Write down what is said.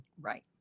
right